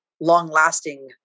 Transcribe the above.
long-lasting